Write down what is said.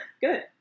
Good